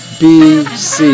bc